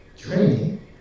training